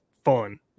fun